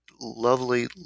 lovely